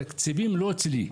התקציבים לא אצלי,